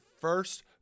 first